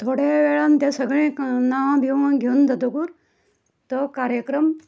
थोडे वेळान तें सगळें क् नांव दिवन घेवन जातकच तो कार्यक्रम